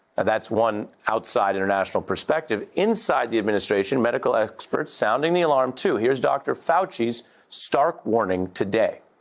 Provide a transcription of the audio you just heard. that's one outside international perspective. inside the administration, medical experts soundsing the alarm, too. here's dr. fauci's stark warning today.